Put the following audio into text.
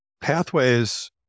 pathways